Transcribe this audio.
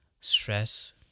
stress